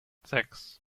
sechs